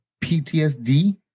PTSD